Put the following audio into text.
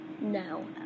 No